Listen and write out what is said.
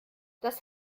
das